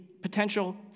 potential